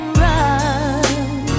run